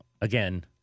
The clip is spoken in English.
again